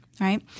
right